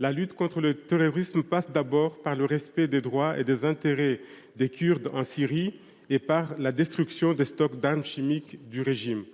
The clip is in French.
La lutte contre le terrorisme passe d’abord par le respect des droits et des intérêts des Kurdes en Syrie et par la destruction des stocks d’armes chimiques du régime.